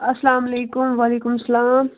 السلام علیکُم وعلیکُم سلام